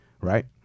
right